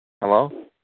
Hello